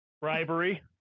Bribery